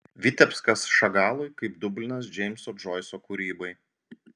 vitebskas šagalui kaip dublinas džeimso džoiso kūrybai